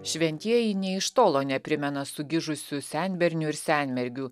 šventieji nė iš tolo neprimena sugižusių senbernių ir senmergių